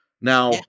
Now